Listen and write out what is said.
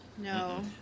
No